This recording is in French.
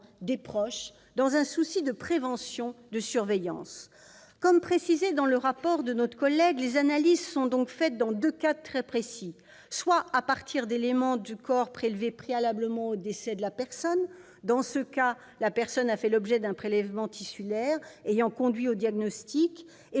des proches, dans un souci de prévention, de surveillance. Comme cela est précisé dans le rapport de notre collègue, les analyses sont donc faites dans deux cadres très précis : soit à partir d'éléments du corps prélevés préalablement au décès de la personne- dans ce cas, la personne a fait l'objet d'un prélèvement tissulaire ayant conduit au diagnostic